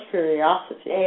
Curiosity